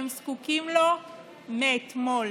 הם זקוקים לו מאתמול.